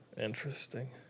interesting